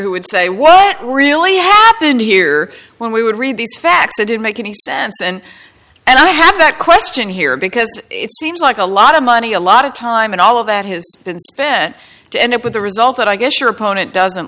who would say what really happened here when we would read these facts it didn't make any sense and and i have a question here because it seems like a lot of money a lot of time and all of that has been spent to end up with a result that i guess your opponent doesn't